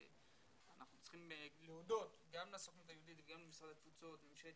אנחנו צריכים להודות גם לסוכנות היהודית וגם למשרד התפוצות ולממשלת